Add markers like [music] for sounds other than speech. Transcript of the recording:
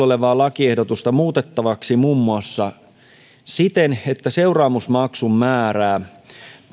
[unintelligible] olevaa lakiehdotusta muutettavaksi muun muassa siten että seuraamusmaksun määrää